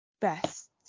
best